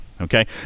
okay